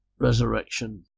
resurrection